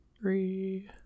Three